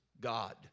God